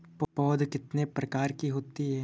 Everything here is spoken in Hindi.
पौध कितने प्रकार की होती हैं?